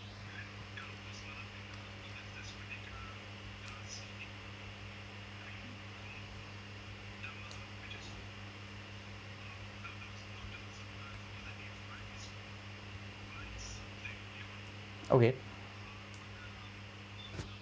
okay